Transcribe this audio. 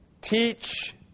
teach